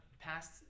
past